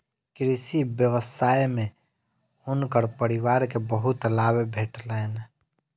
कृषि व्यवसाय में हुनकर परिवार के बहुत लाभ भेटलैन